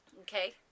Okay